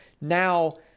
now